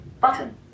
button